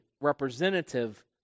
representative